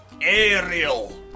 Ariel